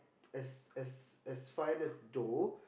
as as as fine as dough